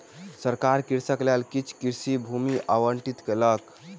सरकार कृषकक लेल किछ कृषि भूमि आवंटित केलक